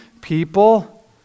people